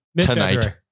Tonight